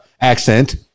accent